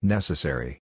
Necessary